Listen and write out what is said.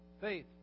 faith